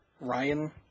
Ryan